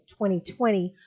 2020